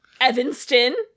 Evanston